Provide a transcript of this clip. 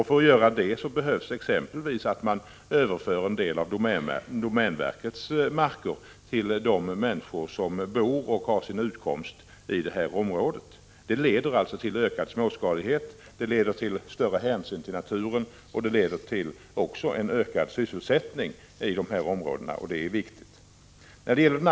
För att göra det behövs exempelvis att man överför en del av domänverkets marker till de människor som bor och har sin utkomst i området. Det leder till. ökad småskalighet, större hänsyn till naturen och också ökad sysselsättning, och det är viktigt.